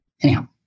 anyhow